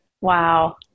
Wow